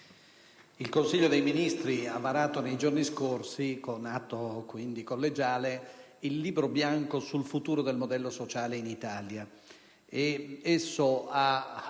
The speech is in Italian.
il Consiglio dei ministri ha varato nei giorni scorsi, con atto quindi collegiale, il Libro bianco sul futuro del modello sociale in Italia